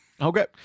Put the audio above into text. Okay